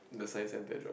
the Science-Center job